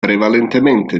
prevalentemente